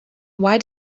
why